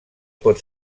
pot